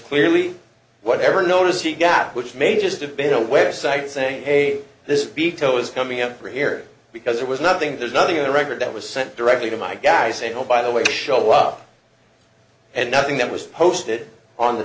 clearly whatever notice the gap which may just have been aware side saying hey this biko is coming up here because there was nothing there's nothing in the record that was sent directly to my guys saying oh by the way show up and nothing that was posted on the